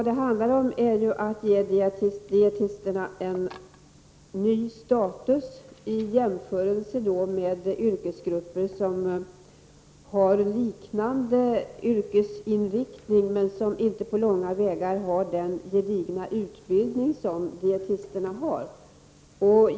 Det handlar om att ge dietisterna en ny status i jämförelse med yrkesgrupper som har liknande yrkesinriktning men som inte på långa vägar har den gedigna utbildning som dietisterna har.